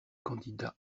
candidat